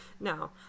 No